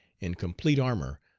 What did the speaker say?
in complete armor,